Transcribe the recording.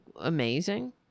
amazing